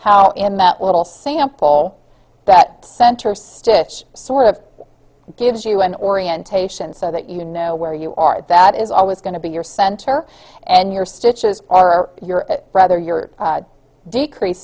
how in that little sample that center stitch sort of gives you an orientation so that you know where you are that is always going to be your center and your stitches or your brother your decrease